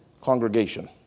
congregation